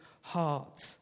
heart